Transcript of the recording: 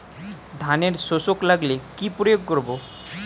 ধানের শোষক লাগলে কি প্রয়োগ করব?